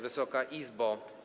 Wysoka Izbo!